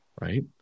right